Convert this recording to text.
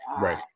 right